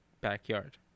backyard